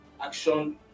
action